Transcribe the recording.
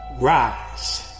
Rise